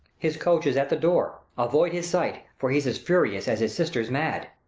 his coach is at the door. avoid his sight, for he's as furious as his sister's mad.